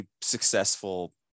successful